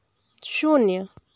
शून्य